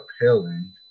appealing